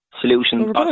solutions